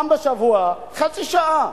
חצי שעה.